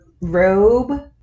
robe